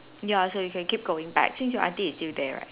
ya so you can keep going back since your aunty is still there right